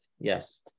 Yes